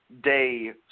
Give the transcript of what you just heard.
Day